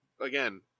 again